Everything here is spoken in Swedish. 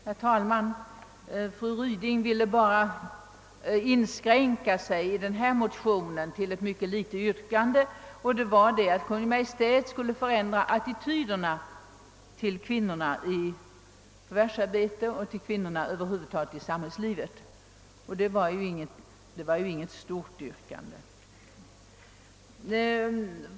Herr talman! Fru Ryding ville bara när det gäller den föreliggande motionen inskränka sig till »ett mycket litet yrkande», och det var att Kungl. Maj:t skulle förändra attityderna till kvinnans roll i förvärvsarbetet och i samhällslivet över huvud taget, och det var ju inte något stort yrkande.